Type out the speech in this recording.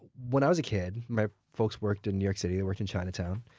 when i was a kid, my folks worked in new york city. they worked in chinatown,